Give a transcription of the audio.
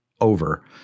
over